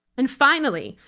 and finally,